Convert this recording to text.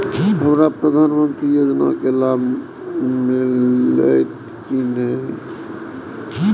हमरा प्रधानमंत्री योजना के लाभ मिलते की ने?